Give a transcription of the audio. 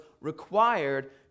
required